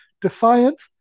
Defiant